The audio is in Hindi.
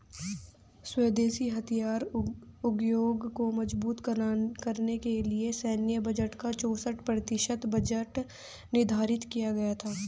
स्वदेशी हथियार उद्योग को मजबूत करने के लिए सैन्य बजट का चौसठ प्रतिशत बजट निर्धारित किया गया था